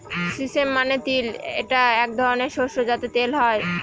sesame মানে তিল এটা এক ধরনের শস্য যাতে তেল হয়